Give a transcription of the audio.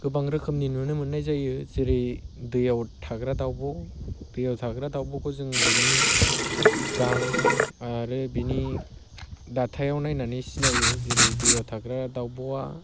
गोबां रोखोमनिनो नुनो मोननाय जायो जेरै दैआव थाग्रा दावब' दैयाव थाग्रा दावब'खौ जों बिनि गां आरो बिनि दाथायाव नायनानै सिनायो जेरै दैयाव थाग्रा दावब'आ